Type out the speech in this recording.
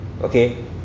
Okay